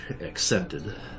accepted